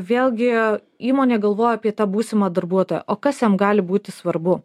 vėlgi įmonė galvoja apie tą būsimą darbuotoją o kas jam gali būti svarbu